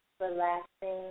relaxing